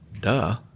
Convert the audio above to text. duh